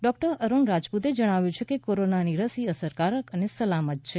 ડૉ અરૂણ રાજપૂતે જણાવ્યું કે કોરોનાની રસી અસરકારક અને સલામત છે